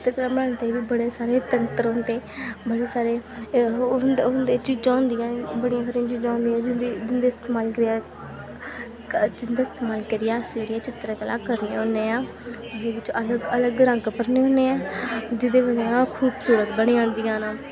चित्तरकला बनाने ताईं बी बड़े सारे तंत्तर होंदे बड़े सारे होंदे चीजां होंदियां बड़ियां सारियां चीजां होंदियां जिंदे जिंदे इस्तेमाल करियै जिंदा इस्तेमाल करियै अस जेह्ड़ी ऐ चित्तरकला करने होन्ने आं एह्दे बिच्च अलग अलग रंग भरने होन्ने आं जेह्दी बजह् नै ओह् खूबसूरत बनी जंदियां न